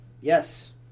Yes